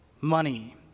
money